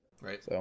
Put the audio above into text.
Right